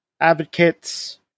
advocates